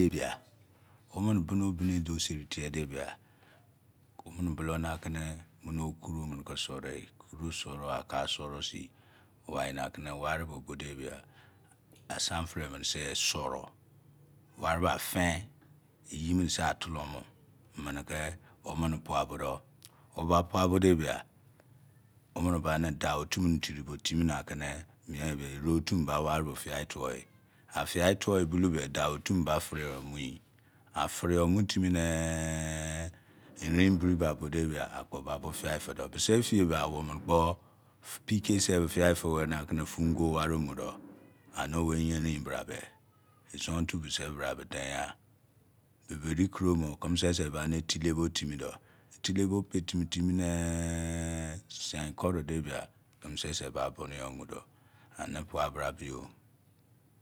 Womini bunu obine duo seri tie de ba womini bulou ni aki mini koto mini ki euru yi okodo suru aka suru sin ktai ni aki ni wari ba bo de bia afin eyi mini se a tolomo moni ki womini pua bo do klo ba ba pua bo de bia womini bani dau otu mini diri tio timi ni aki ni mien eyi be ere otu mini ba fiyai tuo eyi a fiyai tuo yi bulou be dau otu mini diri yo mu yi a firi yo mu timi ne erein biri be a bo de bia a kpo ba bo fiyai fido bisi ifiye be awoun mini kpo pikei se be fiya6fi wari aki na fun ga wari o mu do ani wo yeri yi bra be uzo otu bisi bra be dein ghan biberi koro o wo kimi se se bani itele bo timi do itele bo petimi timi ne sinyain kore se bia kimi sese ba bumu yo mu so ani pa bra bi yo.